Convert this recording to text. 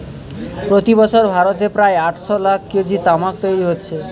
প্রতি বছর ভারতে প্রায় আটশ লাখ কেজি তামাক তৈরি হচ্ছে